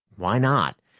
why not?